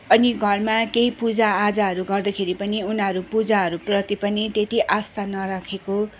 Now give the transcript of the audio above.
अनि घरमा केही पूजा आजाहरू गर्दाखेरि पनि उनीहरू पूजाहरू प्रति पनि त्यति आस्था नराखेको